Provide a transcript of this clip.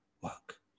Work